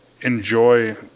enjoy